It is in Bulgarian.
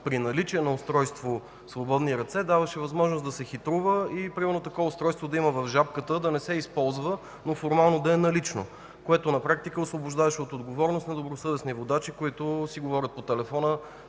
–„при наличие на устройство „свободни ръце”, даваше възможност да се хитрува и примерно такова устройство да има в жабката, да не се използва, но формално да е налично. На практика това освобождаваше от отговорност недобросъвестни водачи, които си говорят нормално